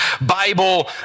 Bible